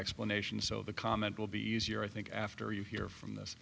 explanation so the comment will be easier i think after you hear from